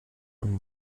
und